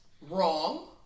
wrong